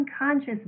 unconscious